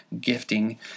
gifting